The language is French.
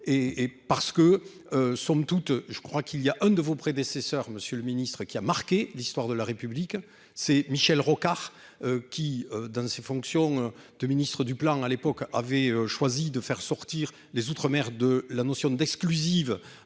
et parce que, somme toute, je crois qu'il y a un de vos prédécesseurs, monsieur le Ministre, qui a marqué l'histoire de la République, c'est Michel Rocard qui dans ses fonctions de ministre du Plan, à l'époque avait choisi de faire sortir les outre-mer de la notion d'exclusive